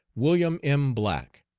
william m. black,